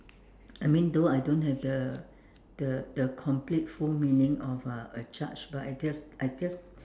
I mean though I don't have the the the complete full meaning of a a judge but I just I just